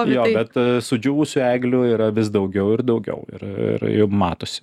jo bet sudžiūvusių eglių yra vis daugiau ir daugiau ir ir matosi